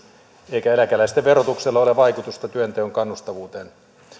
eikä eläkeläisten verotuksella ole vaikutusta työnteon kannustavuuteen